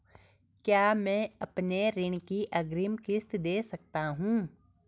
क्या मैं अपनी ऋण की अग्रिम किश्त दें सकता हूँ?